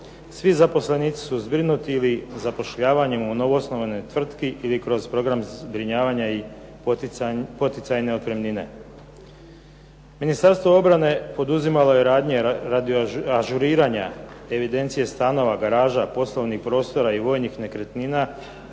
svi zaposlenici su zbrinuti ili zapošljavanjem u novoosnovanoj tvrtki ili kroz program zbrinjavanja ili poticajne otpremnine. Ministarstvo obrane poduzimalo je radnje radi ažuriranja evidencije stanova, garaža, poslovnih prostora i vojnih nekretnina